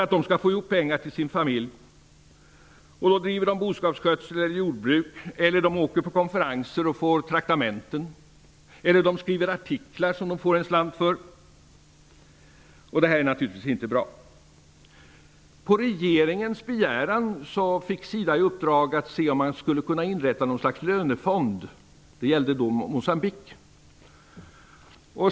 Detta rör sig ofta om nyckelpersoner och chefer. De driver boskapsskötsel eller jordbruk, åker på konferenser och får traktamenten eller skriver artiklar som de får en slant för. Detta är naturligtvis inte bra. På regeringens begäran fick SIDA i uppdrag att undersöka om man skulle kunna inrätta något slags lönefond i Moçambique.